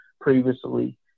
previously